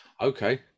Okay